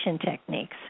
techniques